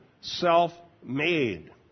self-made